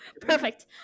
perfect